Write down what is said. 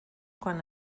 quan